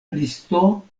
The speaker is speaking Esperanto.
listo